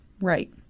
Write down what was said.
Right